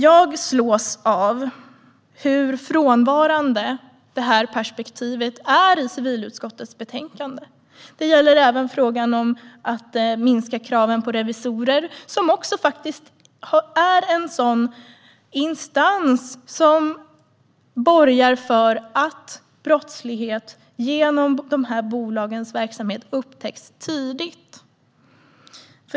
Jag slås av hur frånvarande detta perspektiv är i civilutskottets betänkande. Det gäller även frågan om att minska kraven på revisorer. Revisorerna är också en instans som borgar för att brottslighet genom de här bolagens verksamhet upptäcks tidigt.